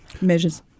measures